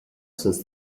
since